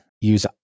use